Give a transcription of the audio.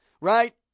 right